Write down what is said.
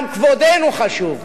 גם כבודנו חשוב,